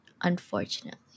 unfortunately